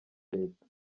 leta